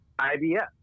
IBS